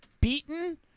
Beaten